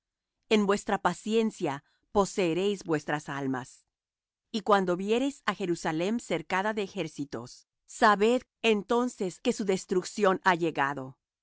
en vuestra paciencia poseeréis vuestras almas y cuando viereis á jerusalem cercada de ejércitos sabed entonces que su destrucción ha llegado